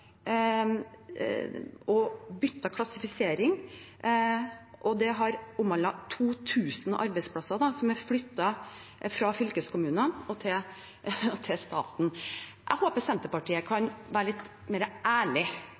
og byttet klassifisering, og det har omhandlet 2 000 arbeidsplasser som er flyttet fra staten til fylkeskommunene. Jeg håper Senterpartiet kan være litt mer ærlig